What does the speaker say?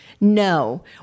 No